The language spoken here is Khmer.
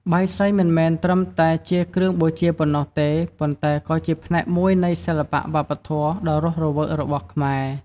បាយសីមិនមែនត្រឹមតែជាគ្រឿងបូជាប៉ុណ្ណោះទេ ប៉ុន្តែក៏ជាផ្នែកមួយនៃ សិល្បៈវប្បធម៌ ដ៏រស់រវើករបស់ខ្មែរ។